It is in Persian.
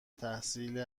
تحصیل